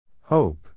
Hope